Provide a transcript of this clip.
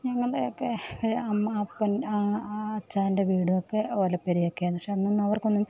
ഞങ്ങളുടെയൊക്കെ അമ്മ അപ്പൻ അച്ഛൻ്റെ വീടുകളൊക്കെ ഓലപ്പുരയൊക്കെ ആണ് പക്ഷേ അന്നൊന്നും അവർക്കൊന്നും